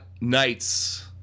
nights